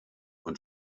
und